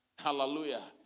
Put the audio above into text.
Hallelujah